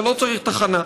אתה לא צריך תחנה,